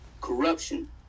corruption